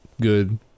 good